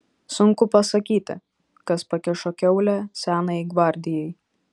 sunku pasakyti kas pakišo kiaulę senajai gvardijai